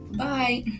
bye